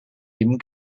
eben